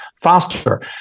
faster